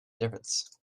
difference